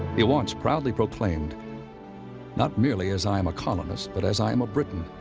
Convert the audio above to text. he wants proudly proclaimed not merely as i am a colonist but as i am a briton.